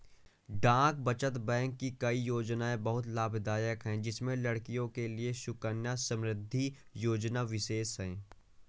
डाक बचत बैंक की कई योजनायें बहुत लाभदायक है जिसमें लड़कियों के लिए सुकन्या समृद्धि योजना विशेष है